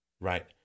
Right